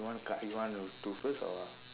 you want to card you want to do first or what